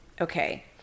Okay